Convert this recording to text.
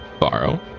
borrow